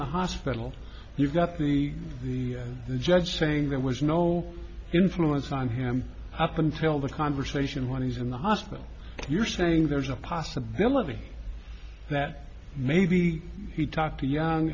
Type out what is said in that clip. the hospital you've got the the judge saying there was no influence fine him up until the conversation when he's in the hospital you're saying there's a possibility that maybe he talked to young